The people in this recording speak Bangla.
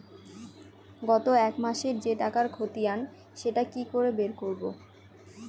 গত এক মাসের যে টাকার খতিয়ান সেটা কি করে বের করব?